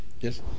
Yes